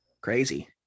Crazy